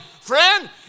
Friend